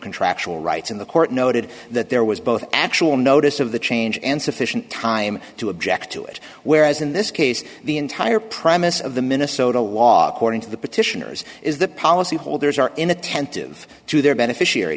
contractual rights in the court noted that there was both actual notice of the change and sufficient time to object to it whereas in this case the entire premise of the minnesota law according to the petitioners is that policy holders are in attentive to their beneficiary